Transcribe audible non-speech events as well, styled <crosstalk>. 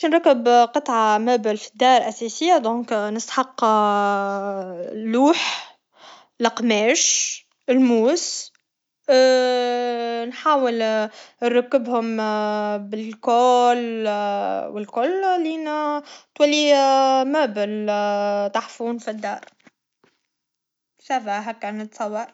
باش نركب قطعة مابل فالدار أساسية دونك نسحق <hesitation> لوح لقماش لموس <hesitation> نحاول نركبهم بالكول و الكل لين تولي مابل تحفون فالدار <hesitation> سافا هكا نتصور